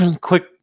quick